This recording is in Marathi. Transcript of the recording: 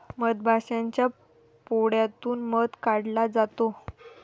मधमाशाच्या पोळ्यातून मध काढला जातो